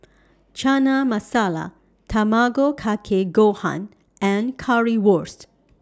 Chana Masala Tamago Kake Gohan and Currywurst